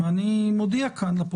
לכן מה שהיה